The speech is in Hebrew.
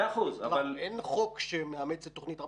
אין חוק שמאמץ את תוכנית טראמפ.